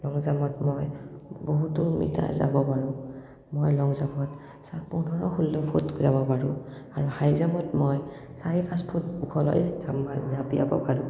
লং জাঁপত মই বহুতো মিটাৰ যাব পাৰোঁ মই লং জাঁপত পোন্ধৰ ষোল্ল ফুট যাব পাৰোঁ আৰু হাই জাঁপত মই চাৰে পাঁচফুট ওখলৈ জাঁপ মাৰোঁ জঁপিয়াব পাৰোঁ